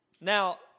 Now